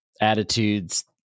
attitudes